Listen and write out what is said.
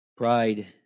Pride